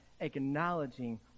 acknowledging